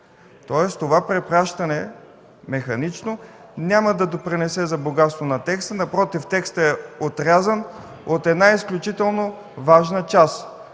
Тоест това механично препращане няма да допринесе за богатство на текста, напротив, текстът е отрязан от една изключително важна част,